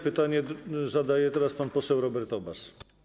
Pytanie zadaje teraz pan poseł Robert Obaz.